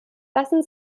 lassen